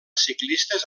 ciclistes